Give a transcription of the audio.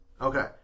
Okay